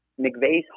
McVeigh's